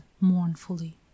mournfully